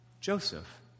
Joseph